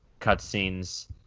cutscenes